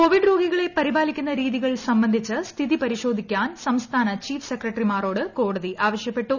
Covid രോഗികളെ പരിപാലിക്കുന്ന രീതികൾ സംബ്ലിസ്കിച്ച് സ്ഥിതി പരിശോധിക്കാൻ സംസ്ഥാന ചീഫ് സെക്രട്ടറിമാരോട്ട് കോടതി ആവശ്യപ്പെട്ടു